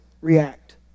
React